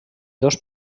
dos